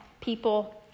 people